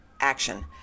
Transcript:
action